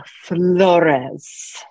Flores